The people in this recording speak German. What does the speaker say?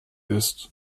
ist